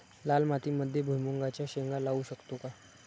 लाल मातीमध्ये भुईमुगाच्या शेंगा लावू शकतो का?